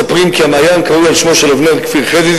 הם מספרים כי המעיין קרוי על שמו של אבנר כפיר חזי,